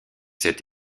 cette